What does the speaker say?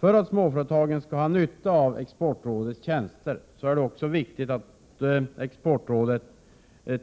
För att småföretagen skall ha nytta av exportrådets tjänster är det viktigt att exportrådet